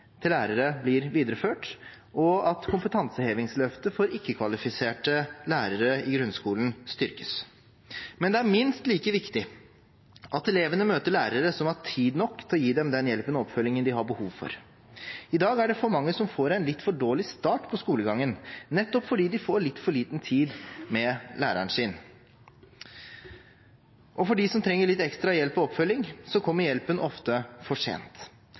lærere blir videreført, og at kompetansehevingsløftet for ikke-kvalifiserte lærere i grunnskolen styrkes. Men det er minst like viktig at elevene møter lærere som har tid nok til å gi dem den hjelpen og oppfølgingen de har behov for. I dag er det for mange som får en litt for dårlig start på skolegangen nettopp fordi de får litt for liten tid med læreren sin. Og for dem som trenger litt ekstra hjelp og oppfølging, kommer hjelpen ofte for sent.